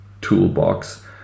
toolbox